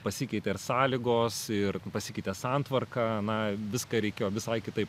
pasikeitė ir sąlygos ir pasikeitė santvarka na viską reikėjo visai kitaip